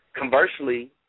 Conversely